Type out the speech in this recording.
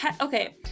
Okay